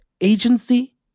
agency